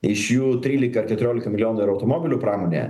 iš jų trylika ar keturiolika milijonų yra automobilių pramonėje